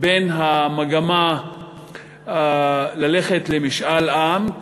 בין המגמה ללכת למשאל עם,